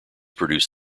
produce